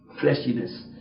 fleshiness